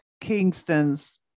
Kingston's